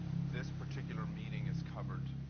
this particular meeting is covered